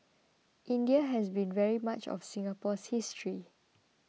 India has been very much of Singapore's history